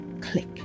Click